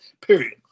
period